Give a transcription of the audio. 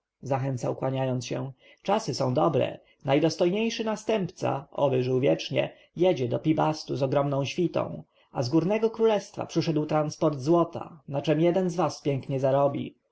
zachęcał kłaniając się czasy są dobre najdostojniejszy następca oby żył wiecznie jedzie do pi-bastu z ogromną świtą a z górnego królestwa przyszedł transport złota na czem niejeden z was pięknie zarobi